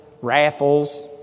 raffles